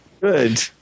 good